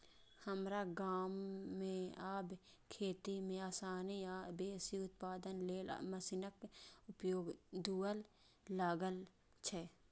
हमरा गाम मे आब खेती मे आसानी आ बेसी उत्पादन लेल मशीनक उपयोग हुअय लागल छै